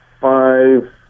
five